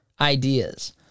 ideas